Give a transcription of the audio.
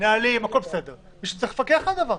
מהחוק הזה.